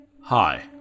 Hi